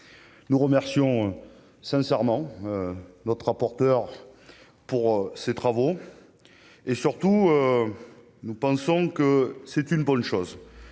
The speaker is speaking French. nous remercions sincèrement notre rapporteur pour ces travaux et, surtout, nous pensons que c'est une bonne chose